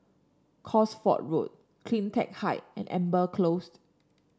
Cosford Road CleanTech Height and Amber Closed